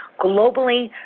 globally,